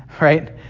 right